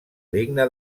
digna